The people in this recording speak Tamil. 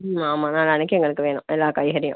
ம் ஆமாம் நாளான்னைக்கு வேணும் எல்லா காய்கறியும்